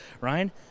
Ryan